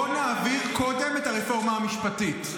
בואו נעביר קודם את הרפורמה המשפטית.